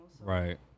Right